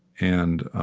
and